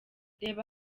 reba